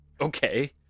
Okay